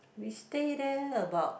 we stay there about